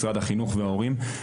משרד החינוך וההורים.